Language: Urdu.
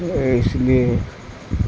اس لیے